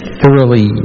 thoroughly